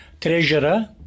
treasurer